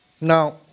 Now